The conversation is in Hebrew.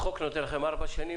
החוק נותן לכם ארבע שנים?